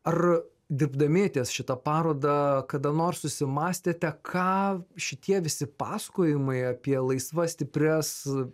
ar dirbdami ties šita paroda kada nors susimąstėte ką šitie visi pasakojimai apie laisvas stiprias